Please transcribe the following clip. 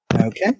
Okay